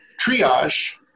triage